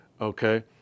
okay